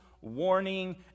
warning